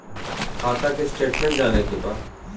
खाता के स्टेटमेंट जाने के बा?